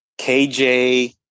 KJ